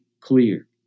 clear